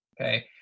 Okay